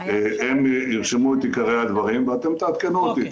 הם ירשמו את עיקרי הדברים ואתם תעדכנו אותי.